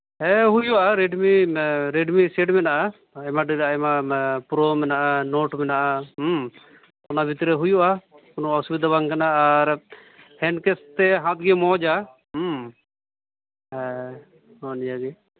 ᱦᱮᱸ ᱦᱩᱭᱩᱜᱼᱟ Redmi Redmi set ᱢᱮᱱᱟᱜᱼᱟ ᱟᱭᱢᱟ ᱰᱷᱮᱨ ᱟᱭᱢᱟ ᱯᱨᱳ ᱢᱮᱱᱟᱜᱼᱟ ᱱᱳᱴ ᱢᱮᱱᱟᱜᱼᱟ ᱚᱱᱟ ᱵᱷᱤᱛᱨᱤ ᱨᱮ ᱦᱩᱭᱩᱜᱼᱟ ᱠᱳᱱᱳ ᱚᱥᱩᱵᱤᱫᱟ ᱵᱟᱝ ᱠᱟᱱᱟ ᱟᱨ ᱦᱮᱱᱰ ᱠᱮᱥ ᱛᱮ ᱦᱟᱛᱟᱣᱜᱮ ᱢᱚᱡᱟ ᱦᱮᱸ ᱱᱚᱜᱼᱚ ᱱᱤᱭᱟᱹ ᱜᱮ